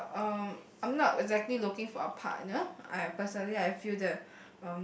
but um I'm not exactly looking for a partner I personally I feel the